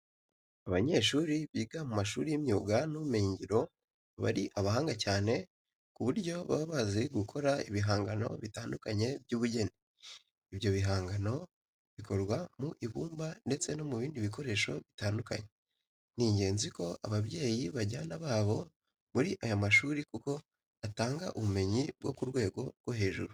Abanyeshuri biga mu mashuri y'imyuga n'ubumenyingiro baba ari abahanga cyane ku buryo baba bazi gukora ibihangano bitandukanye by'ubugeni. Ibyo bihangano bikorwa mu ibimba ndetse no mu bindi bikoresho bitandukanye. Ni ingenzi ko ababyeyi bajyana abana babo muri aya mashuri kuko atanga ubumenyi bwo ku rwego rwo hejuru.